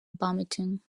vomiting